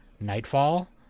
Nightfall